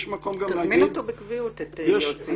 יש מקום גם להגיד --- תזמין בקביעות את יוסי יונה.